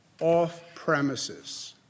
off-premises